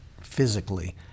physically